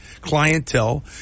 clientele